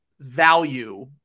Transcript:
value